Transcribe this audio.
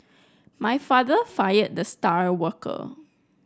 my father fired the star worker